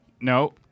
no